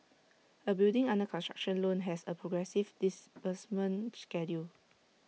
A building under construction loan has A progressive disbursement schedule